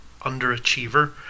underachiever